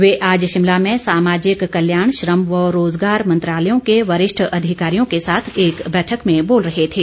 वे आज शिमला में सामाजिक कल्याण श्रम व रोजगार मंत्रालयों के वरिष्ठ अधिकारियों के साथ एक बैठक में बोल रहे थे